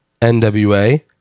NWA